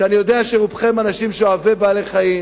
אני יודע שרובכם אנשים אוהבי בעלי-חיים